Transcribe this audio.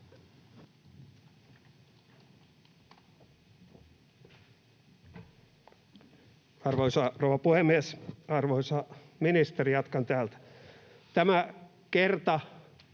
Arvoisa rouva puhemies! Arvoisa ministeri! Jatkan täältä. — Tämä kertatuki,